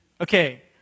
Okay